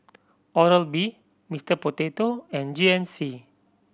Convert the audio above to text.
Oral B Mister Potato and G N C